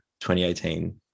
2018